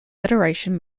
federation